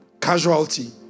casualty